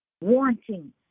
wanting